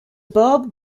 bulb